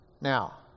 Now